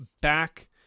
back